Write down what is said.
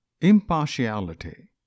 Impartiality